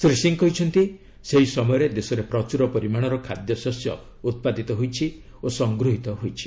ଶ୍ରୀ ସିଂହ କହିଛନ୍ତି ସେହି ସମୟରେ ଦେଶରେ ପ୍ରଚୁର ପରିମାଣର ଖାଦ୍ୟଶସ୍ୟ ଉତ୍ପାଦିତ ହୋଇଛି ଓ ସଂଗୃହିତ ହୋଇଛି